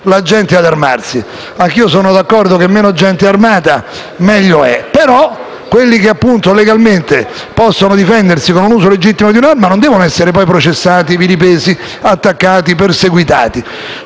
la gente ad armarsi. Anch'io sono d'accordo sul fatto che meno gente è armata e meglio è, però coloro che legalmente possono difendersi con un uso legittimo di un'arma non devono essere poi processati, vilipesi, attaccati e perseguitati.